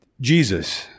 Jesus